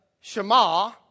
Shema